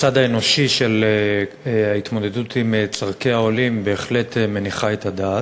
הצד האנושי של ההתמודדות עם צורכי העולים בהחלט מניח את הדעת,